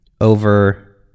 over